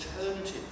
alternative